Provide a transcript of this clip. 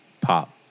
pop